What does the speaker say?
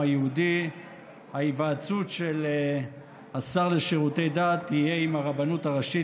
היהודי ההיוועצות של השר לשירותי דת תהיה עם הרבנות הראשית,